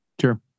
sure